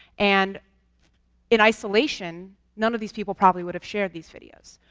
and in isolation, none of these people probably would have shared these videos.